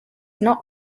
not